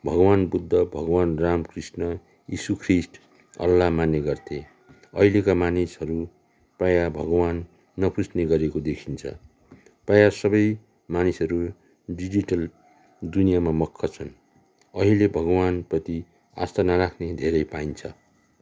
भगवान् बुद्ध भगवान् राम कृष्ण यीशु ख्रिष्ट अल्ला मान्ने गर्थे अहिलेका मानिसहरू प्रायः भगवान् नपुज्ने गरेको देखिन्छ प्रायः सबै मानिसहरू डिजिटल दुनियाँमा मक्ख छन् अहिले भगवान्प्रति आस्था नराख्ने धेरै पाइन्छ